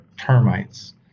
termites